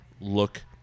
look